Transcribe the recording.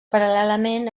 paral·lelament